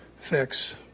fix